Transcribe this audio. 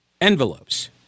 envelopes